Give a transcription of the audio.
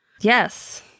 Yes